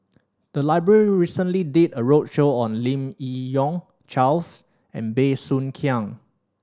the library recently did a roadshow on Lim Yi Yong Charles and Bey Soo Khiang